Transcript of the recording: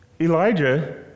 Elijah